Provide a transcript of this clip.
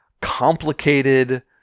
complicated